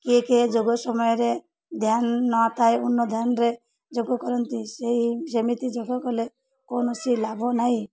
କିଏ କିଏ ଯୋଗ ସମୟରେ ଧ୍ୟାନ ନଥାଏ ଅନ୍ୟ ଧ୍ୟାନରେ ଯୋଗ କରନ୍ତି ସେଇ ସେମିତି ଯୋଗ କଲେ କୌଣସି ଲାଭ ନାହିଁ